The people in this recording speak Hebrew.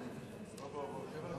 תודה רבה.